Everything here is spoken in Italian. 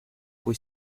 cui